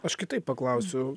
aš kitaip paklausiu